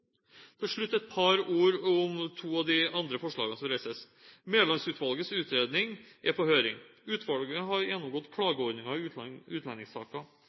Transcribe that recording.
Til slutt et par ord om to av de andre forslagene som reises: Mæland-utvalgets utredning er på høring. Utvalget har gjennomgått klageordningen i utlendingssaker.